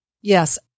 Yes